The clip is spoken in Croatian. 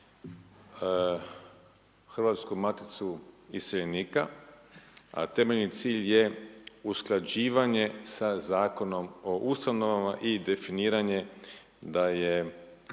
Hrvatsku maticu iseljenika, a temeljni cilj je usklađivanje sa Zakonom o ustanovama i definiranje da je